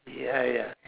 ya ya